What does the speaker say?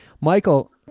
Michael